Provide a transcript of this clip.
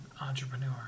Entrepreneur